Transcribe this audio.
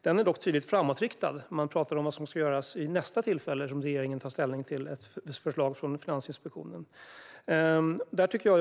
Det är dock tydligt framåtriktat; man talar om vad som ska göras vid nästa tillfälle, eftersom regeringen tar ställning till förslag från Finansinspektionen.